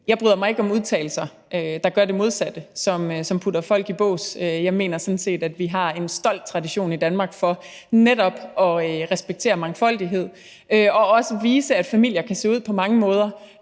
Jeg bryder mig ikke om udtalelser, der gør det modsatte, og som putter folk i bås. Jeg mener sådan set, at vi har en stolt tradition i Danmark for netop at respektere mangfoldighed og også vise, at familier kan se ud på mange måder,